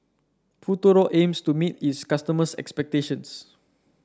Futuro aims to meet its customers' expectations